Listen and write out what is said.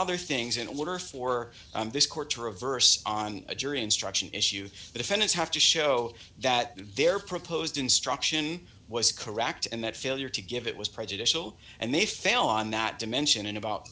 other things in order for this court to reverse on a jury instruction issue the defendants have to show that their proposed instruction was correct and that failure to give it was prejudicial and they fail on that dimension in about